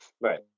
Right